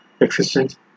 existence